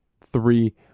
three